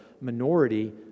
minority